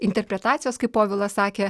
interpretacijos kaip povilas sakė